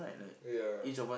ya